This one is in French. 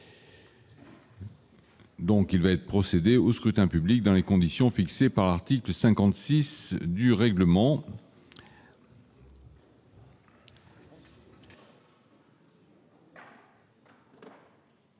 Il va être procédé au scrutin dans les conditions fixées par l'article 56 du règlement.